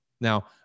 now